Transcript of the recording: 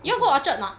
you want go orchard not